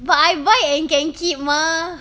but I buy and can keep mah